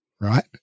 right